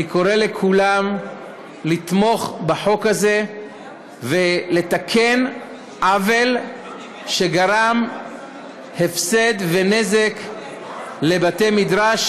אני קורא לכולם לתמוך בחוק הזה ולתקן עוול שגרם הפסד ונזק לבתי-מדרש,